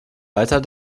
weiter